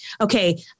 okay